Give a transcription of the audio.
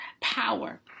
power